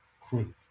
crew